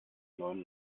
neuen